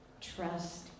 trust